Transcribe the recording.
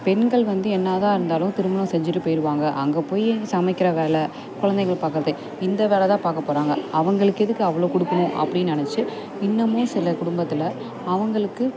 பெண்கள் வந்து என்னா தான் இருந்தாலும் திருமணம் செஞ்சிட்டு போயிடுவாங்க அங்கே போய் சமைக்கின்ற வேலை குழந்தைகள பார்க்குறது இந்த வேலை தான் பார்க்கப்போறாங்க அவங்களுக்கு எதுக்கு அவ்வளோ கொடுக்கணும் அப்படின்னு நினச்சி இன்னுமும் சில குடும்பத்தில் அவங்களுக்கு